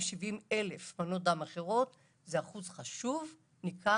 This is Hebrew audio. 270,000 מנות דם אחרות זה אחוז חשוב ניכר,